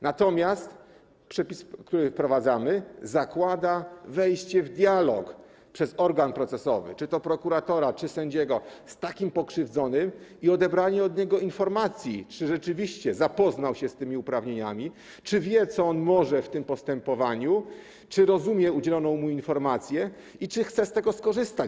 Natomiast przepis, który wprowadzamy, zakłada wejście w dialog przez organ procesowy, czy to prokuratora, czy sędziego, z pokrzywdzonym i odebranie od niego informacji, czy rzeczywiście zapoznał się z tymi uprawnieniami, czy wie, co może w tym postępowaniu, czy rozumie udzieloną mu informację i wreszcie czy chce z tego skorzystać.